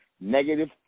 negative